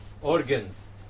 Organs